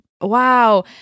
Wow